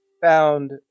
found